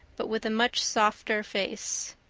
but with a much softer face.